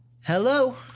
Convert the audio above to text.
Hello